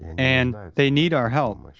and they need our help.